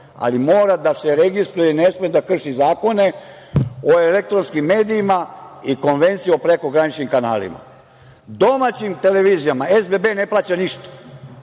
ali mora da se registruje, ne sme da krši Zakon o elektronskim medijima i Konvenciju o prekograničnim kanalima. Domaćim televizijama SBB ne plaća ništa,